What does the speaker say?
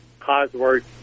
Cosworth